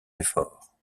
efforts